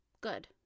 good